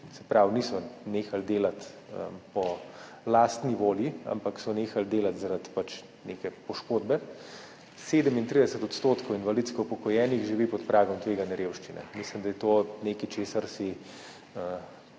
se pravi, niso nehali delati po lastni volji, ampak so nehali delati zaradi neke poškodbe, 37 % invalidsko upokojenih živi pod pragom tveganja revščine. Mislim, da je to nekaj, česar si